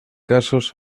casos